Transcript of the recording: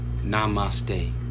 Namaste